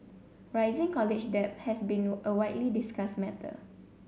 rising college debt has been a widely discussed matter